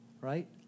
right